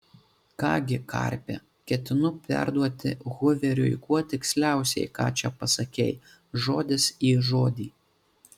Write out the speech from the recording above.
ką gi karpi ketinu perduoti huveriui kuo tiksliausiai ką čia pasakei žodis į žodį